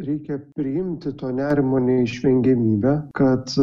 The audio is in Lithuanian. reikia priimti to nerimo neišvengiamybę kad